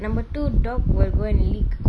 number two dog will go and lick